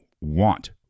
want